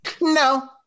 No